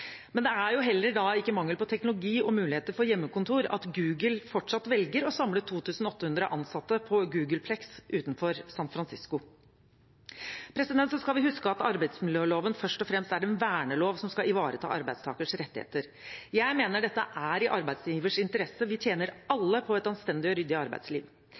Men det er jo da heller ikke mangel på teknologi og muligheter for hjemmekontor som gjør at Google fortsatt velger å samle 2 800 ansatte på Googleplex utenfor San Francisco. Så skal vi huske at arbeidsmiljøloven først og fremst er en vernelov som skal ivareta arbeidstakers rettigheter. Jeg mener dette er i arbeidsgivers interesse. Vi tjener alle på et anstendig og ryddig arbeidsliv.